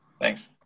Thanks